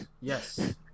yes